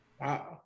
Wow